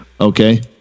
Okay